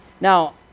Now